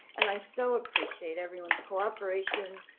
and i so appreciate everyone's cooperation,